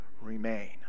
Remain